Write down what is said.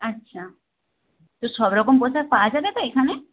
আচ্ছা তো সব রকম পোশাক পাওয়া যাবে তো এখানে